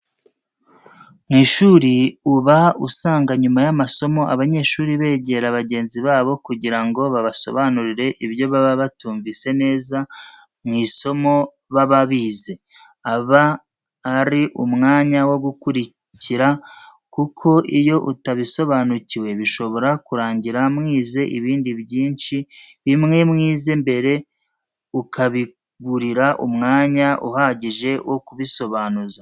Mu ishuri uba usanga nyuma y'amasomo abanyeshuri begera bagenzi babo kugira ngo babasobanurire ibyo baba batumvise neza mu isomo baba bize, aba ari umwanya wo gukurikira, kuko iyo utabisobanukiwe bishobora kurangira mwize ibindi byinshi bimwe, mwize mbere ukabiburira umwanya uhagije wo kubisobanuza.